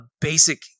basic